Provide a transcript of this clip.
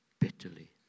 bitterly